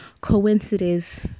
coincidences